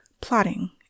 plotting